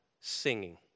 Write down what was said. singing